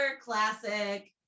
classic